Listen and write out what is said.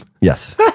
Yes